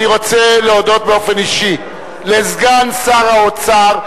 אני רוצה להודות באופן אישי לסגן שר האוצר,